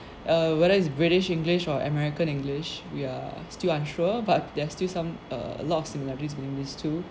err whether its british english or american english we are still unsure but there are still some uh a lot of similarities between these two